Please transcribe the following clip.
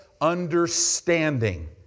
understanding